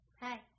Hi